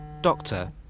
doctor